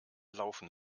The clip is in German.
laufen